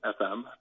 fm